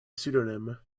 pseudonym